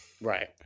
right